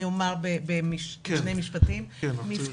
אני אומר בשני משפטים מה ההבדל בין מפתן למיתר.